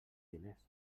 diners